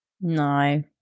no